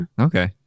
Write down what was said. Okay